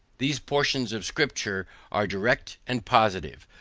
these portions of scripture are direct and positive.